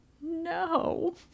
no